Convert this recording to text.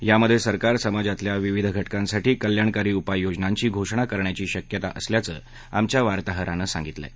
यामध्ये सरकार समाजातल्या विविध घटकांसाठी कल्याणकारी उपाययोजनांची घोषणा करण्याची शक्यता असल्याचं आमच्या वार्ताहरानं सांगितलं आहे